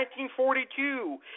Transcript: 1942